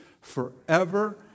forever